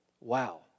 Wow